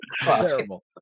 Terrible